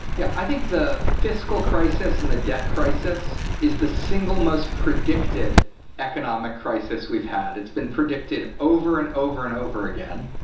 yeah, i think the fiscal crisis and the debt crisis is the single most predicted economic crisis we've had. it's been predicted over and over and over again,